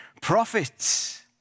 prophets